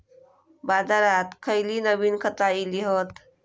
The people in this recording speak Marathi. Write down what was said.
बाजारात खयली नवीन खता इली हत?